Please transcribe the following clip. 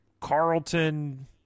Carlton